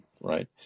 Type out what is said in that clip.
right